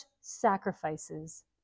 sacrifices